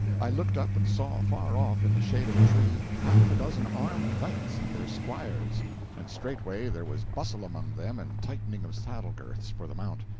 i looked up and saw, far off in the shade of a tree, half a dozen armed knights and their squires and straightway there was bustle among them and tightening of saddle-girths for the mount.